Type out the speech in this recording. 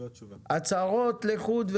הצהרות לחוד,